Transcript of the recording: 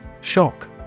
Shock